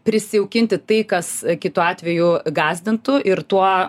prisijaukinti tai kas kitu atveju gąsdintų ir tuo